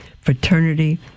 fraternity